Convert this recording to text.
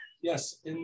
Yes